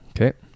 okay